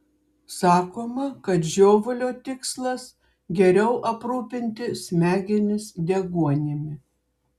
sakoma kad žiovulio tikslas geriau aprūpinti smegenis deguonimi